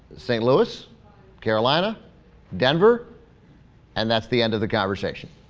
saint louis carolina denver and that's the end of the conversation